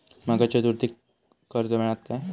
माका चतुर्थीक कर्ज मेळात काय?